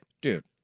dude